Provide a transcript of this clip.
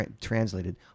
translated